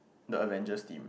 the avengers team